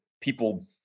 people